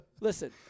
Listen